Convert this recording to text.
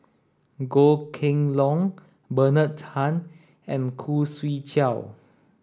Goh Kheng Long Bernard Tan and Khoo Swee Chiow